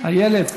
איילת,